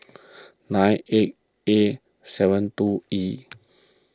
nine eight A seven two E